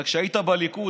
אבל כשהיית בליכוד,